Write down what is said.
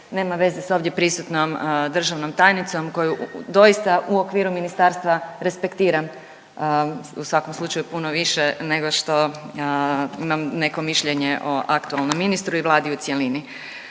nema veze s ovdje prisutnom državnom tajnicom, koju doista u okviru ministarstva respektiram u svakom slučaju puno više nego što imam nekom mišljenje o aktualnom ministru i Vladi u cjelini.